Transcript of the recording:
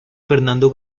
fernando